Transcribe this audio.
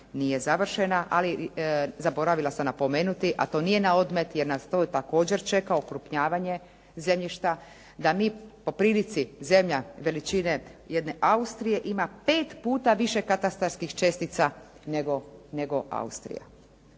nije završena. Ali zaboravila sam napomenuti, a to nije na odmet jer nas to također čeka okrupnjavanje zemljište da mi po prilici zemlja veličine jedne Austrije ima pet puta više katastarskih čestica nego Austriji.